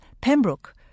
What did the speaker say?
Pembroke